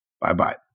bye-bye